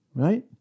Right